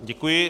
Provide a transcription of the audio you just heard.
Děkuji.